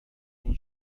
این